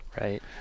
Right